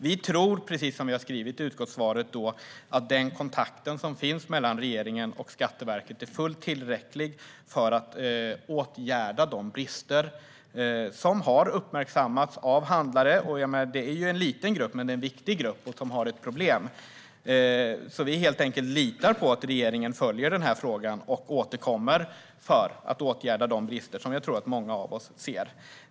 Vi tror, precis som vi har skrivit i utskottssvaret, att den kontakt som finns mellan regeringen och Skatteverket är fullt tillräcklig för att man ska kunna åtgärda de brister som har uppmärksammats av handlare. Det är en liten grupp, men den är viktig och har ett problem. Vi litar alltså helt enkelt på att regeringen följer frågan och återkommer för att åtgärda de brister jag tror att många av oss ser.